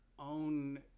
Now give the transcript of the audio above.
own